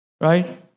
Right